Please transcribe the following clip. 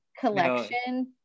Collection